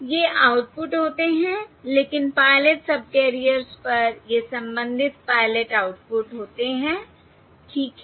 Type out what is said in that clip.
ये आउटपुट होते हैं लेकिन पायलट सबकैरियर्स पर ये संबंधित पायलट आउटपुट होते हैं ठीक है